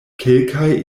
kelkaj